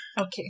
Okay